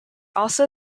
also